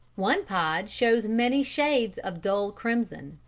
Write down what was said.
one pod shows many shades of dull crimson,